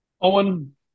owen